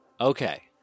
Okay